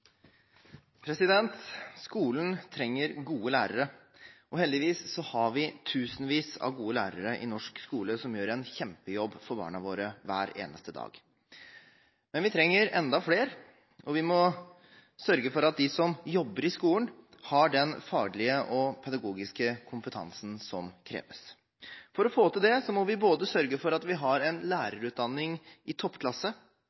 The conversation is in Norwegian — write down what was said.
på. Skolen trenger gode lærere, og heldigvis har vi tusenvis av gode lærere i norsk skole som gjør en kjempejobb for barna våre hver eneste dag. Men vi trenger enda flere, og vi må sørge for at de som jobber i skolen, har den faglige og pedagogiske kompetansen som kreves. For å få til det må vi sørge for at vi har en